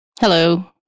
Hello